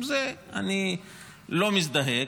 עם זה אני לא מזדהה,